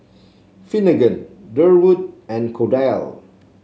Finnegan Durwood and Cordell